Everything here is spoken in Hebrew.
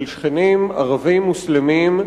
של שכנים ערבים מוסלמים,